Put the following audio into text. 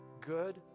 good